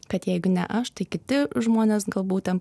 kad jeigu ne aš tai kiti žmonės galbūt ten